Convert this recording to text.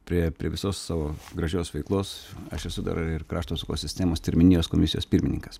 prie prie visos savo gražios veiklos aš esu dar ir krašto apsaugos sistemos terminijos komisijos pirmininkas